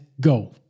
go